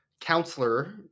counselor